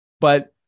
but-